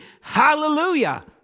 Hallelujah